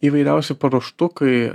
įvairiausi paruoštukai